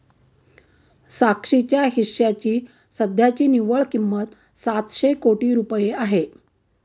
साक्षीच्या हिश्श्याची सध्याची निव्वळ किंमत सातशे कोटी रुपये आहे